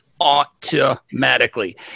Automatically